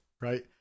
Right